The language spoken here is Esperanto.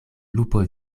lupo